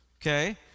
Okay